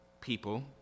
people